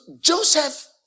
Joseph